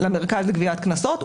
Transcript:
למרכז לגביית קנסות,